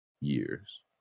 years